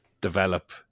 develop